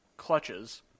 clutches